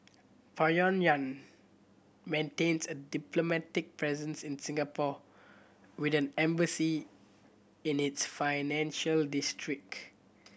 Pyongyang maintains a diplomatic presence in Singapore with an embassy in its financial district